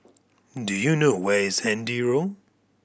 do you know where is Handy Road